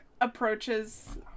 approaches